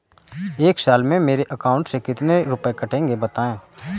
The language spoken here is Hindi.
एक साल में मेरे अकाउंट से कितने रुपये कटेंगे बताएँ?